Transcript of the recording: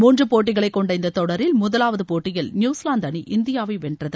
மூன்று போட்டிகளை கொண்ட இந்தத் தொடரில் முதவாவது போட்டியில் நியூசிவாந்து அணி இந்தியாவை வென்றது